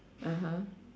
(uh huh)